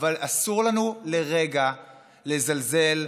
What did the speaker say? אסור לנו לרגע לזלזל,